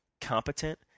competent